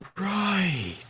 right